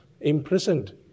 imprisoned